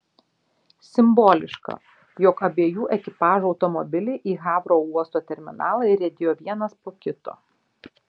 simboliška jog abiejų ekipažų automobiliai į havro uosto terminalą įriedėjo vienas po kito